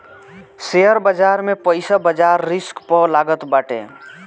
share बाजार में पईसा बाजार रिस्क पअ लागत बाटे